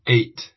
Eight